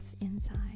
inside